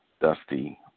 Dusty